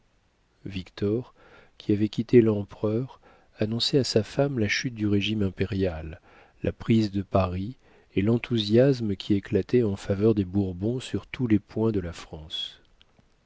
qui avait quitté l'empereur annonçait à sa femme la chute du régime impérial la prise de paris et l'enthousiasme qui éclatait en faveur des bourbons sur tous les points de la france